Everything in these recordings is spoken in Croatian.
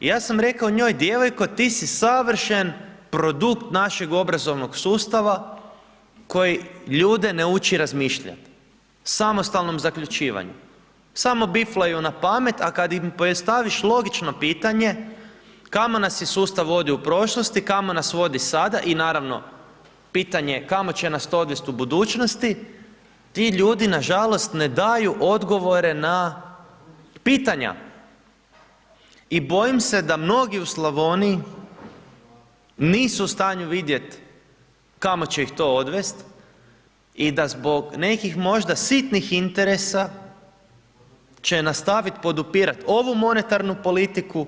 Ja sam rekao njoj djevojko ti si savršen produkt našeg obrazovnog sustava koji ljude ne uči razmišljat, samostalnom zaključivanju, samo biflaju napamet, a kad im predstaviš logično pitanje kamo nas je sustav vodio u prošlosti, kamo nas vodi sada i naravno pitanje kamo će nas to odvesti u budućnosti, ti ljudi nažalost ne daju odgovore na pitanja i bojim se da mnogi u Slavoniji nisu u stanju vidjet kamo će ih to odvest i da zbog nekih možda sitnih interesa će nastavit podupirat ovu monetarnu politiku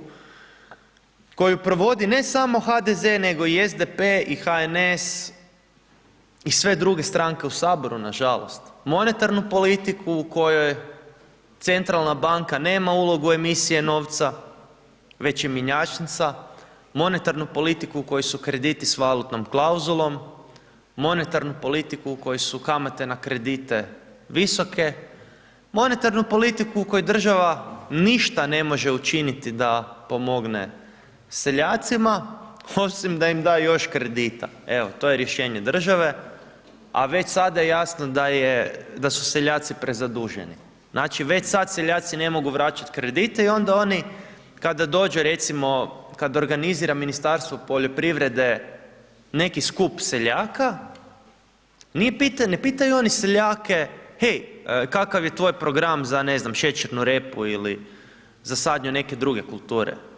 koju provodi ne samo HDZ, nego i SPD i HNS i sve druge stranke u HS nažalost, monetarnu politiku u kojoj Centralna banka nema ulogu emisije novca, već je mjenjačnica, monetarnu politiku u kojoj su krediti s valutnom klauzulom, monetarnu politiku u kojoj su kamate na kredite visoke, monetarnu politiku u kojoj država ništa ne može učiniti da pomogne seljacima, osim da im da još kredita, evo, to je rješenje države, a već sada je jasno da su seljaci prezaduženi, znači, već sad seljaci ne mogu vraćat kredite i onda oni kada dođe recimo, kad organizira Ministarstvo poljoprivrede neki skup seljaka, nije pitanje, pitaju oni seljake, hej, kakav je tvoj program za, ne znam, šećernu repu ili za sadnju neke druge kulture.